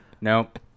Nope